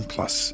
Plus